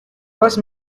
first